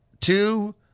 Two